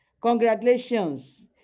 Congratulations